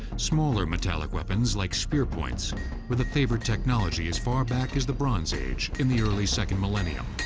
smaller metallic weapons like spear points were the favored technology as far back as the bronze age in the early second millennium.